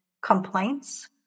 complaints